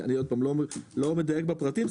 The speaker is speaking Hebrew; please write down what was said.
אני לא מדייק בפרטים,